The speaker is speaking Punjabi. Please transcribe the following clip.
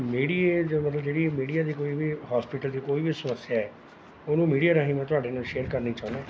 ਮੀਡੀਏ ਜ ਜਿਹੜੀ ਮੀਡੀਆ ਦੀ ਕੋਈ ਵੀ ਹੋਸਪਿਟਲ ਦੀ ਕੋਈ ਵੀ ਸਮੱਸਿਆ ਉਹਨੂੰ ਮੀਡੀਆ ਰਾਹੀਂ ਮੈਂ ਤੁਹਾਡੇ ਨਾਲ ਸ਼ੇਅਰ ਕਰਨੀ ਚਾਹੁੰਦਾ